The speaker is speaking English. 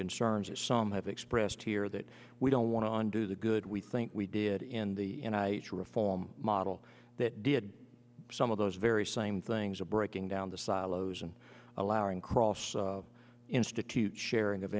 concerns that some have expressed here that we don't want to on do the good we think we did in the reform model that did some of those very same things are breaking down the silos and allowing cross institutes sharing of